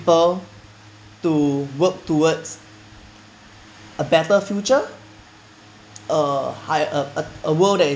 ~ple to work towards a better future a higher a world that